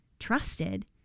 trusted